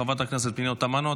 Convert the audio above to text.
חברת הכנסת פנינה תמנו.